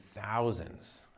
thousands